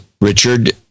Richard